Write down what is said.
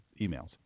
emails